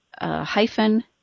hyphen